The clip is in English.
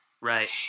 right